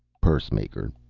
pursemaker,